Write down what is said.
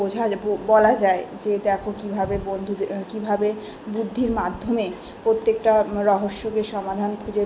বোঝালে বলা যায় যে দেখো কীভাবে বন্ধুদে কীভাবে বুদ্ধির মাধ্যমে প্রত্যেকটা রহস্যকে সমাধান খুঁজে